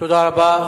תודה רבה.